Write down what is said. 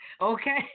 Okay